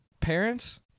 parents